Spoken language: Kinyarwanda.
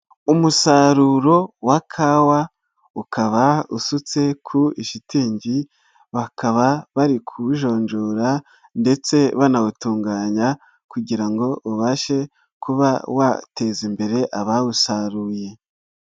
Umusaruro wa kawa ukaba usutse ku ishitingi, bakaba bari kuwujonjora ndetse banawutunganya kugira ngo ubashe kuba wateza imbere abawusaruye.